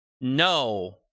No